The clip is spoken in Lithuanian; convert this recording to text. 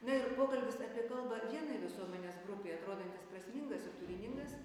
na ir pokalbis apie kalbą vienai visuomenės grupei atrodantis prasmingas ir turiningas